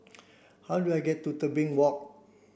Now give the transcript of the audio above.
how do I get to Tebing Walk